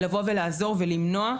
לבוא ולעזור ולמנוע.